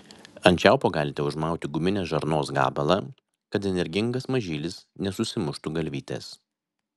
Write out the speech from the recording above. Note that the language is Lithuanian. ant čiaupo galite užmauti guminės žarnos gabalą kad energingas mažylis nesusimuštų galvytės